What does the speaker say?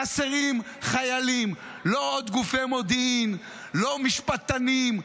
חסרים חיילים, לא עוד גופי מודיעין, לא משפטנים.